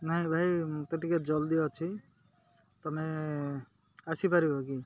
ନାଇଁ ଭାଇ ମତେ ଟିକେ ଜଲ୍ଦି ଅଛି ତମେ ଆସିପାରିବ କି